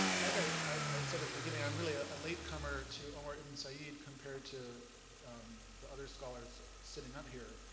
like i i said at the beginning, i'm really a ah latecomer to omar ibn said compared to the other scholars sitting up here.